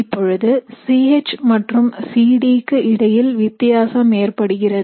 இப்பொழுது C H மற்றும் C D க்கு இடையில் வித்தியாசம் ஏற்படுகிறது